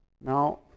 Now